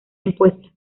impuesta